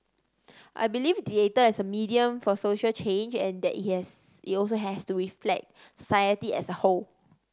I believe theatre is a medium for social change and that it has it also has to reflect society as a whole